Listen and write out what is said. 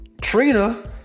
Trina